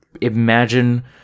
imagine